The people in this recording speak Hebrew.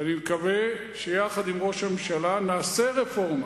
ואני מקווה שיחד עם ראש הממשלה נעשה רפורמה,